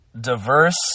diverse